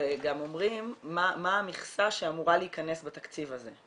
וגם אומרים מה המכסה שאמורה להיכנס בתקציב הזה.